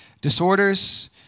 disorders